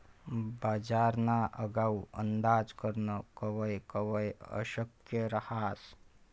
बजारना आगाऊ अंदाज करनं कवय कवय अशक्य रहास